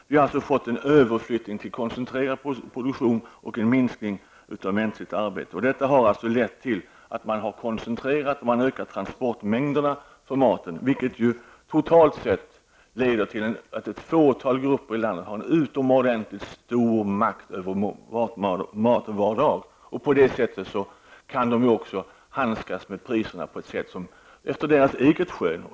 Vi har alltså fått en överflyttning till koncentrerad produktion och en minskning av mänskligt arbete. Det har lett till en ökning av transportmängderna av mat. Det betyder att ett fåtal grupper i landet har en utomordentligt stor makt över vår matvardag. Därmed kan de också handskas med matpriserna efter eget skön.